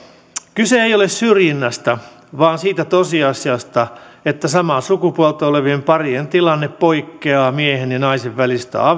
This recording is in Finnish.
kyse ei ole syrjinnästä vaan siitä tosiasiasta että samaa sukupuolta olevien parien tilanne poikkeaa miehen ja naisen välisestä avioliitosta